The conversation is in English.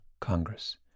Congress